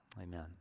Amen